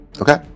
Okay